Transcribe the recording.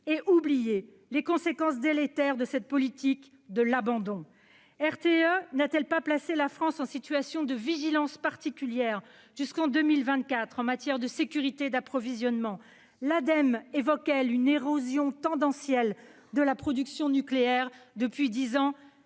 d'oublier les conséquences délétères de cette politique de l'abandon. RTE n'a-t-il pas placé la France en situation de « vigilance particulière » jusqu'en 2024 en matière de sécurité d'approvisionnement ? L'Ademe évoque, quant à elle, une « érosion tendancielle » de la production nucléaire depuis dix ans,